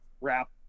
wrap